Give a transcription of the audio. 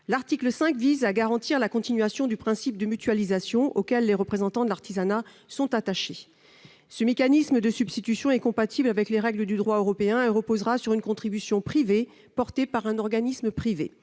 L'article 5 vise à garantir la pérennité du principe de mutualisation, auquel les représentants de l'artisanat sont attachés. Le mécanisme de substitution proposé est compatible avec les règles du droit européen et reposera sur une contribution privée, portée par un organisme privé.